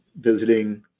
visiting